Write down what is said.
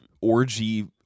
orgy